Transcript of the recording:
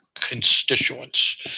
constituents